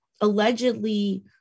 allegedly